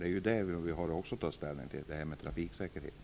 Vi har ju också att ta ställning till trafiksäkerheten.